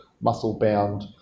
muscle-bound